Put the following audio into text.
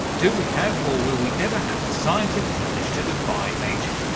do we have, or will we ever have the scientific knowledge to defy ageing?